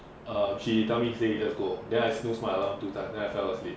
err she tell me say just go then I still set my alarm two time then I fell asleep